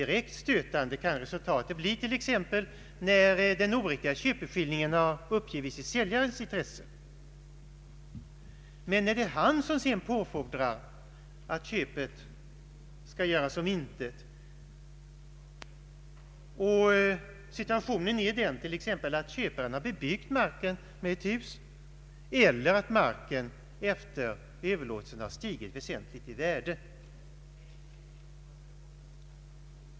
Direkt stötande kan resultatet bli t.ex. när den oriktiga köpeskillingen uppgivits i säljarens intresse men där det är han som sedan påfordrar att köpet skall omintetgöras och situationen kanske är den att köparen bebyggt marken med ett hus eller att marken efter överlåtelsen stigit väsentligt i värde.